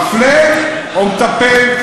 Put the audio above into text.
מפלה או מטפל?